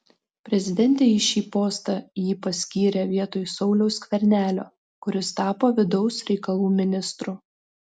prezidentė į šį postą jį paskyrė vietoj sauliaus skvernelio kuris tapo vidaus reikalų ministru